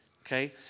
Okay